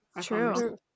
True